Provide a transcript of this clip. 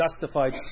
justified